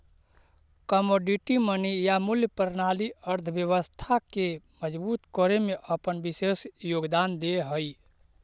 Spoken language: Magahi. कमोडिटी मनी या मूल्य प्रणाली अर्थव्यवस्था के मजबूत करे में अपन विशेष योगदान दे हई